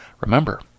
Remember